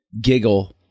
giggle